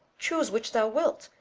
choose which thou wilt,